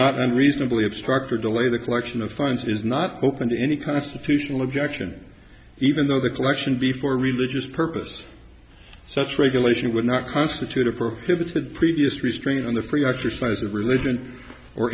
not unreasonably if parker delay the collection of funds is not open to any constitutional objection even though the collection be for religious purposes such regulation would not constitute a prohibited previous restraint on the free exercise of religion or